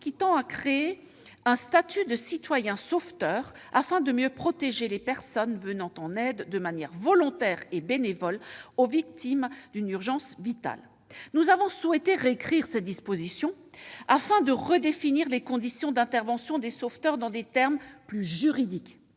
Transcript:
qui tend à créer un statut de « citoyen sauveteur » afin de mieux protéger les personnes venant en aide de manière volontaire et bénévole aux victimes d'une urgence vitale. Nous avons souhaité réécrire cette disposition afin de redéfinir les conditions d'intervention des sauveteurs dans des termes plus juridiques.